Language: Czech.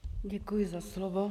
Děkuji za slovo.